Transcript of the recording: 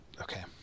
Okay